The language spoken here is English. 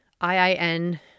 IIN